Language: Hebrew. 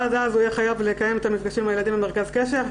עד אז הוא יהיה חייב לקיים את המפגשים עם הילדים במרכז קשב.